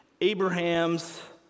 Abraham's